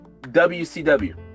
WCW